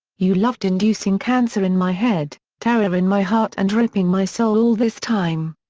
you loved inducing cancer in my head, terror in my heart and ripping my soul all this time.